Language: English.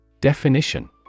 Definition